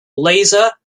laser